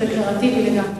זה דקלרטיבי לגמרי,